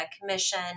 Commission